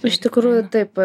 iš tikrųjų taip